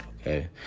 okay